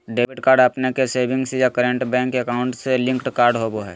debit card अपने के savings या करंट बैंक अकाउंट से लिंक्ड कार्ड होबा हइ